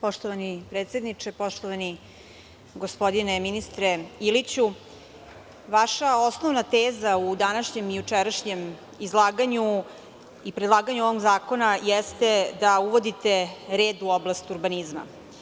Poštovani predsedniče, poštovani gospodine ministre Iliću, vaša osnovna teza u današnjem i jučerašnjem izlaganju i predlaganju ovog zakona jeste da uvodite red u oblast urbanizma.